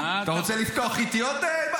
אתה רוצה לפתוח איתי עוד?